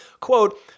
Quote